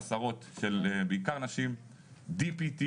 של בעיקר נשים עם DPT